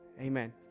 Amen